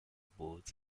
boards